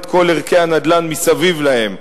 את כל ערכי הנדל"ן מסביב להן,